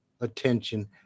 attention